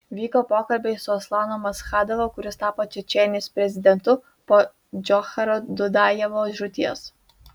vyko pokalbiai su aslanu maschadovu kuris tapo čečėnijos prezidentu po džocharo dudajevo žūties